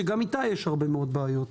שגם איתה יש הרבה מאוד בעיות,